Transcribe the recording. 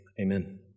Amen